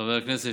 חבר הכנסת,